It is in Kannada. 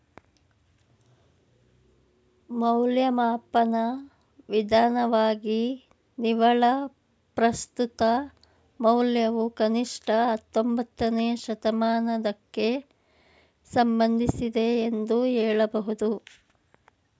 ಮೌಲ್ಯಮಾಪನ ವಿಧಾನವಾಗಿ ನಿವ್ವಳ ಪ್ರಸ್ತುತ ಮೌಲ್ಯವು ಕನಿಷ್ಠ ಹತ್ತೊಂಬತ್ತನೇ ಶತಮಾನದಕ್ಕೆ ಸಂಬಂಧಿಸಿದೆ ಎಂದು ಹೇಳಬಹುದು